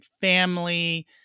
family